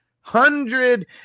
hundred